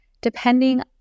depending